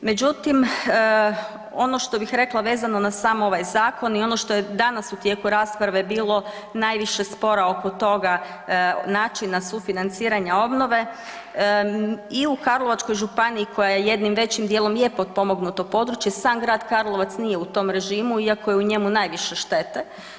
Međutim, ono što bih rekla vezano na sam ovaj zakon i ono što je danas u tijeku rasprave bilo najviše spora oko toga načina sufinanciranja obnove i u Karlovačkoj županiji koja je jednim većim dijelom je potpomognuto područje sam grad Karlovac nije u tom režimu, iako je u njemu najviše štete.